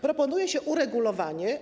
Proponuje się uregulowanie.